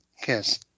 kiss